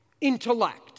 intellect